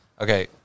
Okay